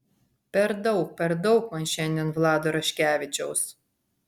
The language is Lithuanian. per daug per daug man šiandien vlado raškevičiaus